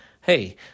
hey